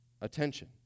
attention